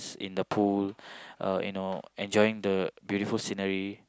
in the pool uh you know enjoying the beautiful scenery